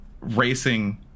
racing